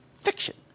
fiction